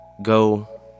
Go